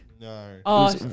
No